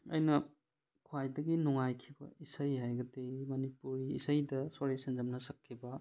ꯑꯩꯅ ꯈ꯭ꯋꯥꯏꯗꯒꯤ ꯅꯨꯡꯉꯥꯏꯈꯤꯕ ꯏꯁꯩ ꯍꯥꯏꯔꯒꯗꯤ ꯃꯅꯤꯄꯨꯔꯤ ꯏꯁꯩꯗ ꯁꯣꯔꯤ ꯁꯦꯟꯖꯝꯅ ꯁꯛꯈꯤꯕ